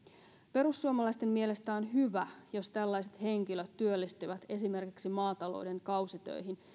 perussuomalaisten mielestä on hyvä jos tällaiset henkilöt työllistyvät esimerkiksi maatalouden kausitöihin